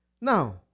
Now